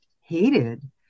hated